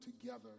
together